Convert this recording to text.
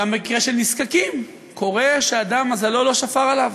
גם במקרה של נזקקים, קורה שאדם, מזלו לא שפר עליו.